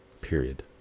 period